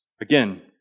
Again